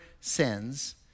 sins